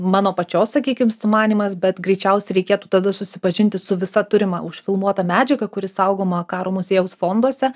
mano pačios sakykim sumanymas bet greičiausiai reikėtų tada susipažinti su visa turima užfilmuota medžiaga kuri saugoma karo muziejaus fonduose